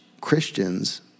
Christians